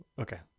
Okay